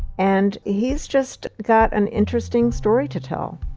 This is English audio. and he's just got an interesting story to tell.